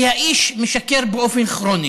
כי האיש משקר באופן כרוני.